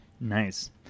Nice